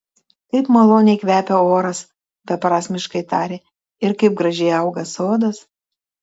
kaip maloniai kvepia oras beprasmiškai tarė ir kaip gražiai auga sodas